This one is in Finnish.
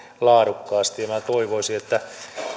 laadukkaasti minä toivoisin että